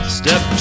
step